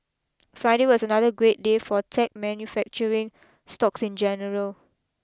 Friday was another great day for tech manufacturing stocks in general